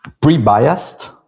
pre-biased